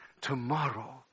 tomorrow